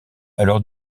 alors